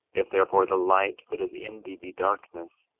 if, therefore, the light that is in thee be darkness,